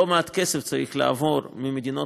לא מעט כסף צריך לעבור ממדינות